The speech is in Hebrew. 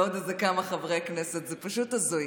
לעוד כמה חברי כנסת, וזה פשוט הזוי.